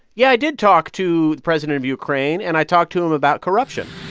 yeah, i did talk to the president of ukraine, and i talked to him about corruption